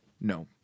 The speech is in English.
no